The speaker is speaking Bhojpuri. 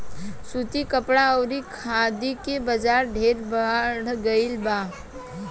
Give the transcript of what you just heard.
सूती कपड़ा अउरी खादी के बाजार ढेरे बढ़ गईल बा